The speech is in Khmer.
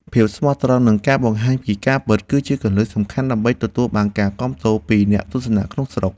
ភាពស្មោះត្រង់និងការបង្ហាញពីការពិត គឺជាគន្លឹះសំខាន់ដើម្បីទទួលបានការគាំទ្រពីអ្នកទស្សនាក្នុងស្រុក។